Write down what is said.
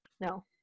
no